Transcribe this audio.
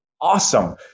awesome